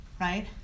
Right